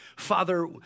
Father